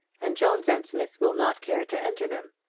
and jones and smith will not care to enter them.